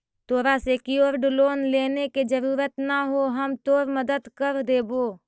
तोरा secured loan लेने के जरूरत न हो, हम तोर मदद कर देबो